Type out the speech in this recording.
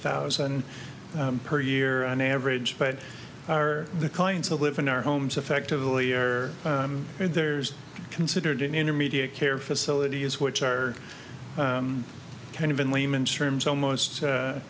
thousand per year on average but are the kinds of live in our homes effectively or there's considered intermediate care facilities which are kind of in layman's terms almost